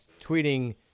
tweeting